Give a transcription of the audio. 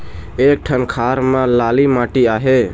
एक ठन खार म लाली माटी आहे?